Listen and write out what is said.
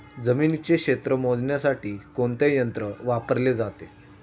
जमिनीचे क्षेत्र मोजण्यासाठी कोणते यंत्र वापरले जाते?